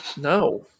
no